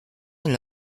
elle